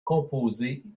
composées